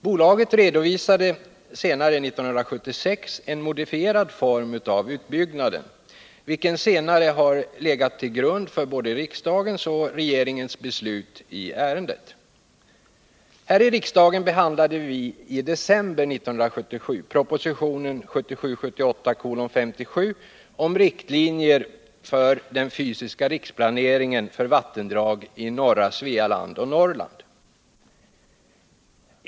Bolaget redovisade 1976 en modifierad form av utbyggnaden, vilken senare har legat till grund för både riksdagens och regeringens beslut i ärendet. Här i riksdagen behandlade vi i december 1977 propositionen 1977/78:57 om riktlinjer för den fysiska riksplaneringen för vattendrag i norra Svealand och Norrland.